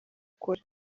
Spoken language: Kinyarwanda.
ukore